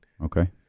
Okay